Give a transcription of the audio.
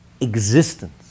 existence